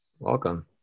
Welcome